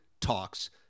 Talks